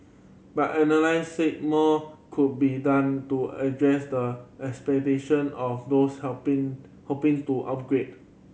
but analysts said more could be done to address the aspiration of those helping hoping to upgrade